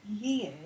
years